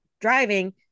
driving